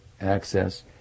access